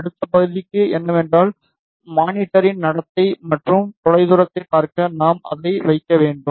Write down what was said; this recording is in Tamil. அடுத்த பகுதி என்னவென்றால் மானிட்டரின் நடத்தை மற்றும் தொலைதூரத்தைப் பார்க்க நாம் அதை வைக்க வேண்டும்